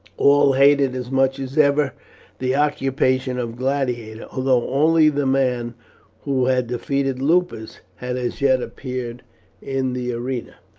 all hated as much as ever the occupation of gladiator, although only the man who had defeated lupus had as yet appeared in the arena.